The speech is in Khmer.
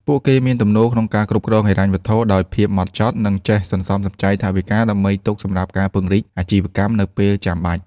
ពួកគេមានទំនោរក្នុងការគ្រប់គ្រងហិរញ្ញវត្ថុដោយភាពម៉ត់ចត់ និងចេះសន្សំសំចៃថវិកាដើម្បីទុកសម្រាប់ការពង្រីកអាជីវកម្មនៅពេលចាំបាច់។